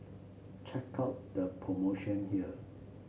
check out the promotion here